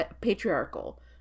patriarchal